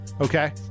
Okay